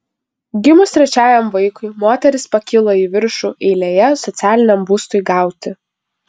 gimus trečiajam vaikui moteris pakilo į viršų eilėje socialiniam būstui gauti